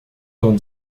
dans